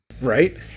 Right